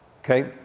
okay